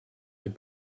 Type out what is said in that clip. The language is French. des